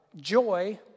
joy